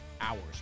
hours